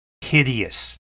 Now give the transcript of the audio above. hideous